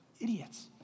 idiots